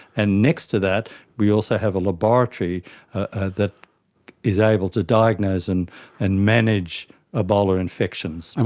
and next to that we also have a laboratory ah that is able to diagnose and and manage ebola infections. and